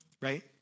Right